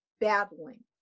battling